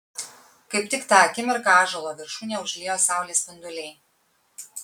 kaip tik tą akimirką ąžuolo viršūnę užliejo saulės spinduliai